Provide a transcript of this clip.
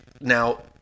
now